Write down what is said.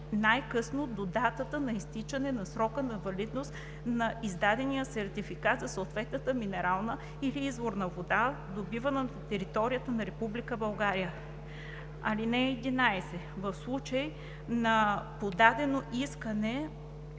най-късно до датата на изтичане на срока на валидност на издадения сертификат за съответната минерална или изворна вода, добита на територията на Република България. (11) В случай на подадено искане